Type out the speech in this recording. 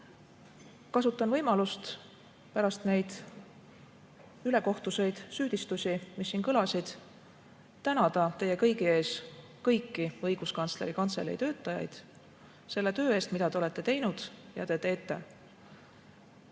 Kasutan võimalust pärast neid ülekohtuseid süüdistusi, mis siin kõlasid, tänada teie kõigi ees kõiki Õiguskantsleri Kantselei töötajaid selle töö eest, mida nad on teinud ja teevad